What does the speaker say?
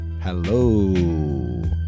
Hello